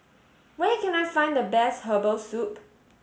where can I find the best herbal soup